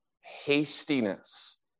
hastiness